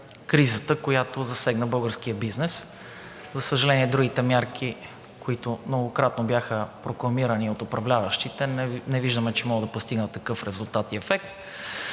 кризата, която засегна българския бизнес. За съжаление, другите мерки, които многократно бяха прокламирани от управляващите, не виждаме, че могат да постигнат такъв резултат и ефект.